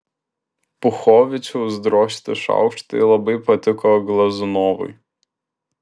puchovičiaus drožti šaukštai labai patiko glazunovui